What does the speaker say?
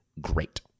great